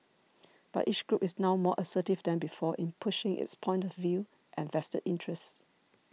but each group is now more assertive than before in pushing its point of view and vested interests